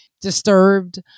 disturbed